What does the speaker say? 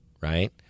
right